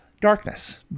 darkness